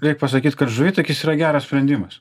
reik pasakyt kad žuvitakis yra geras sprendimas